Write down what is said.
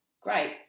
great